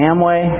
Amway